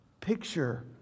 picture